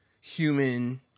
human